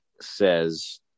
says